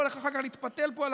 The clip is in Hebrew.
שאתה לא הולך אחר כך להתפתל פה על